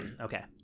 Okay